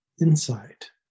insight